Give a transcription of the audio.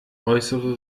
äußere